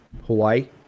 Hawaii